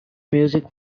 music